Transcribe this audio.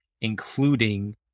including